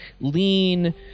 lean